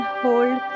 hold